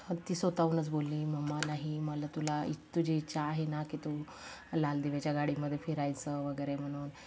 ती स्वतःहूनच बोलली मम्मा नाही मला तुला तुझी इच्छा आहे ना की तू लाल दिव्याच्या गाडीमध्ये फिरायचं वगैरे म्हणून